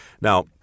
Now